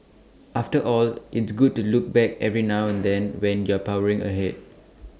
after all it's good to look back every now and then when you're powering ahead